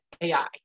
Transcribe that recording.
AI